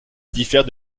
diffère